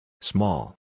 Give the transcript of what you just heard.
Small